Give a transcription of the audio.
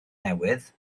newydd